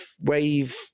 wave